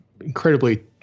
incredibly